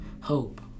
hope